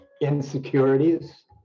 insecurities